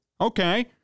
Okay